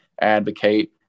advocate